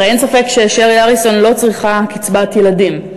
הרי אין ספק ששרי אריסון לא צריכה קצבת ילדים.